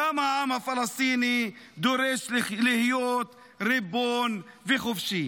גם העם הפלסטיני דורש להיות ריבון וחופשי.